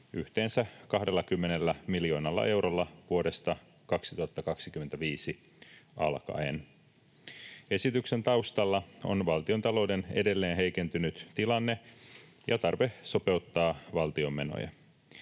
yhteensä 20 miljoonalla eurolla vuodesta 2025 alkaen. Esityksen taustalla on valtiontalouden edelleen heikentynyt tilanne ja tarve sopeuttaa valtion menoja.